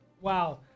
Wow